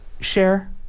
share